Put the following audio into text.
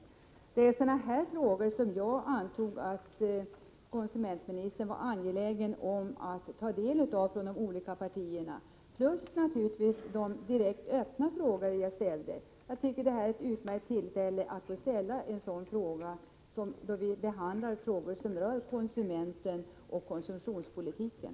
Jag antog att konsumentministern var angelägen om att ta del av de olika partiernas syn på frågor av denna typ och naturligtvis på de direkta frågor som jag ställde. Enligt min mening är detta ett utmärkt tillfälle att ställa dessa frågor, då vi ju behandlar frågor som rör konsumenten och konsumtionspolitiken.